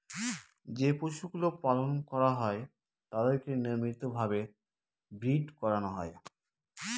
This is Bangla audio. যে পশুগুলো পালন করা হয় তাদেরকে নিয়মিত ভাবে ব্রীড করানো হয়